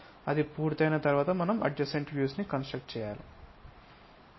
అది పూర్తయిన తర్వాత మనం అడ్జసెంట్ వ్యూ కన్స్ట్రక్ట్ చేస్తున్నాం